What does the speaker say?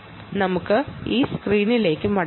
അതിനാൽ നമുക്ക് ഈ സ്ക്രീനിലേക്ക് മടങ്ങാം